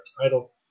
title